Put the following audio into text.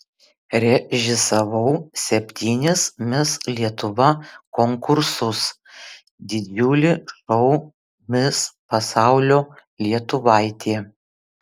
režisavau septynis mis lietuva konkursus didžiulį šou mis pasaulio lietuvaitė